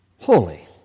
holy